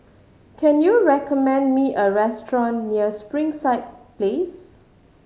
can you recommend me a restaurant near Springside Place